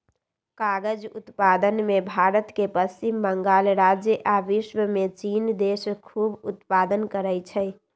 कागज़ उत्पादन में भारत के पश्चिम बंगाल राज्य आ विश्वमें चिन देश खूब उत्पादन करै छै